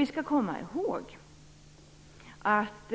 Vi skall komma ihåg att